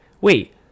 wait